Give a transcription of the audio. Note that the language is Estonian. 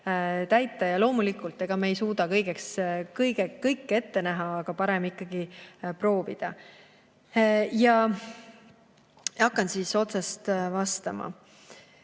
täita. Loomulikult me ei suuda kõike ette näha, aga parem ikkagi proovida. Ma hakkan otsast vastama.